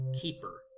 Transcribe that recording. keeper